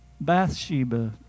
Bathsheba